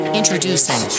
introducing